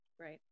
Right